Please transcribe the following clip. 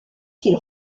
qu’ils